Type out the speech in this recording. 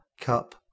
cup